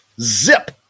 Zip